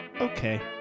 okay